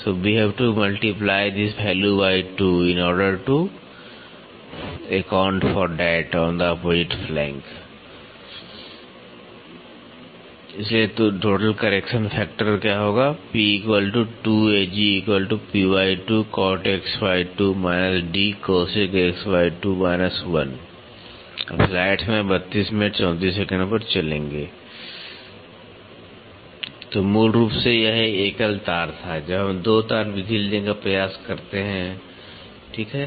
तो मूल रूप से यह एकल तार था जब हम 2 तार विधि लेने का प्रयास करते हैं ठीक है